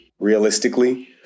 realistically